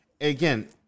again